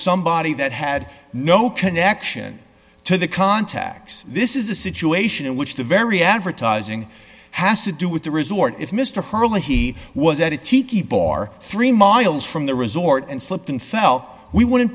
somebody that had no connection to the contacts this is a situation in which the very advertising has to do with the resort if mr hurley he was at it tiki bar three miles from the resort and slipped and fell we wouldn't